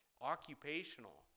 occupational